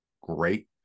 great